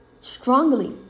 Strongly